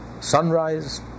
sunrise